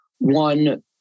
One